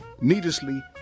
needlessly